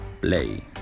Play